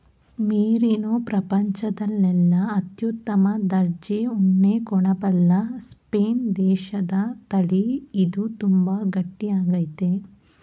merino ಪ್ರಪಂಚದಲ್ಲೆಲ್ಲ ಅತ್ಯುತ್ತಮ ದರ್ಜೆ ಉಣ್ಣೆ ಕೊಡಬಲ್ಲ ಸ್ಪೇನ್ ದೇಶದತಳಿ ಇದು ತುಂಬಾ ಗಟ್ಟಿ ಆಗೈತೆ